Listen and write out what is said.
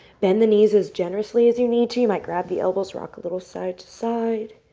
bend the knees as generously as you need to. you might grab the elbows, rock a little side to side.